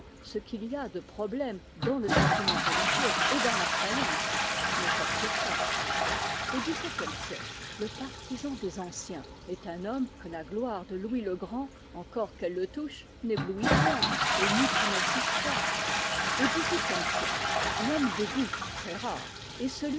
ce qu'il y a de problèmes dans le sentiment religieux et dans la croyance ne torture pas au xviie siècle le partisan des anciens est un homme que la gloire de louis le grand encore qu'elle le touche n'éblouit point et n'hypnotise pas au xviiie siècle l'homme de goût très rare est